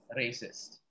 racist